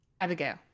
Abigail